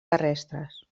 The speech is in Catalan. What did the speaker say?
terrestres